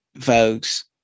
folks